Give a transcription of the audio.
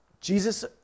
Jesus